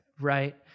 right